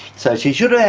so she should have